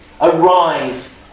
Arise